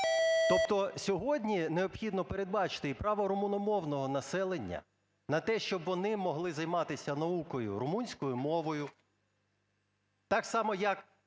Тобто сьогодні необхідно передбачити і право румуномовного населення на те, щоб вони могли займатися наукою румунською мовою. Так само як